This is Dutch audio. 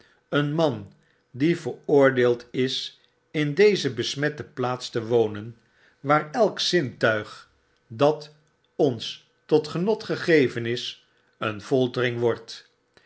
een man die veroordeeld is in deze besmette plaats te wonen waar elk zintuig dat ons tot genot gegeven is een loitering wordt